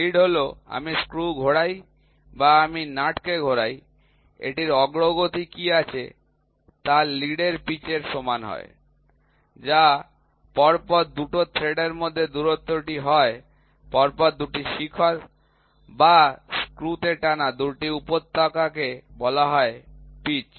lead হলো আমি screw ঘোরাই বা আমি নাট কে ঘোরাই এটির অগ্রগতি কী আছে তা লিড এর পিচের সমান হয় যা পরপর ২টো থ্রেডের মধ্যে দূরত্বটি হয় পরপর ২টি শিখর বা স্ক্রুতে টানা ২টো উপত্যকাকে বলা হয় পিচ